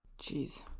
Jeez